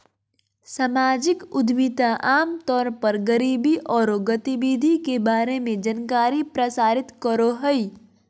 सामाजिक उद्यमिता आम तौर पर गरीबी औरो गतिविधि के बारे में जानकारी प्रसारित करो हइ